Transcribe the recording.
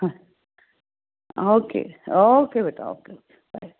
okay okay ਬੇਟਾ okay okay bye